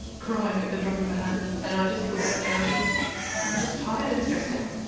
crying at the drop of a hat and i just put that down to i'm just tired and stressed out.